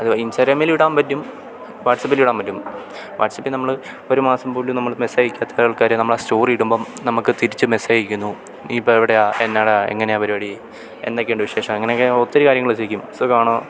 അത് ഇൻസ്റ്റാഗ്രാമിലും ഇടാന് പറ്റും വാട്ട്സപ്പിലിടാൻ പറ്റും വാട്ട്സപ്പിൽ നമ്മൾ ഒരു മാസം പോലും നമ്മൾ മെസ്സേജ് അയക്കാത്ത ആൾക്കാർ നമ്മളുടെ സ്റ്റോറി ഇടുമ്പം നമുക്ക് തിരിച്ച് മെസ്സേജ് അയക്കുന്നു നീ ഇപ്പം എവിടെയാണ് എന്നാടാ എങ്ങനെയാണ് പരിപാടി എന്നാ ഒക്കെയുണ്ട് വിശേഷം അങ്ങനെയൊക്കെ ഒത്തിരി കാര്യങ്ങൾ ചോദിക്കും സുഖം ആണോ